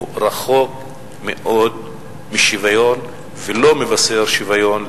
רחוק מאוד משוויון ולא מבשר שוויון,